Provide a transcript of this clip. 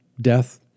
death